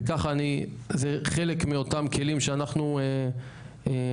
וככה זה חלק מאותם כלים שאנחנו עושים,